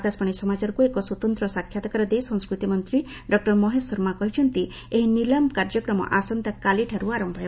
ଆକାଶବାଣୀ ସମାଚାରକୁ ଏକ ସ୍ୱତନ୍ତ୍ର ସାକ୍ଷାତ୍କାର ଦେଇ ସଂସ୍କୃତି ମନ୍ତ୍ରୀ ଡକ୍ଟର ମହେଶ ଶର୍ମା କହିଛନ୍ତି ଏହି ନିଲାମ କାର୍ଯ୍ୟକ୍ରମ ଆସନ୍ତାକାଲିଠାରୁ ଆରମ୍ଭ ହେବ